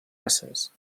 races